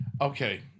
Okay